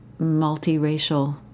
multiracial